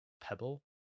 pebble